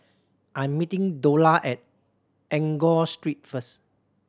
I'm meeting Dola at Enggor Street first